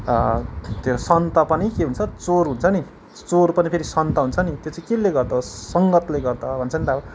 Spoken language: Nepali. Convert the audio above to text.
त्यो सन्त पनि के हुन्छ चोर हुन्छ नि चोर पनि फेरि सन्त हुन्छ नि त्यो चाहिँ के ले गर्दा हो सङ्गतले गर्दा हो भन्छ नि त अब